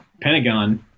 Pentagon